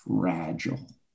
fragile